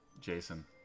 Jason